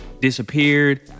disappeared